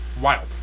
Wild